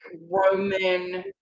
Roman